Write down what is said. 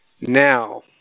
now